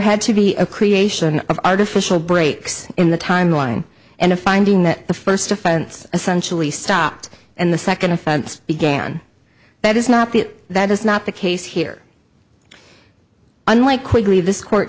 had to be a creation of artificial breaks in the timeline and a finding that the first offense essentially stopped and the second offense began that is not the that is not the case here unlike quickly this court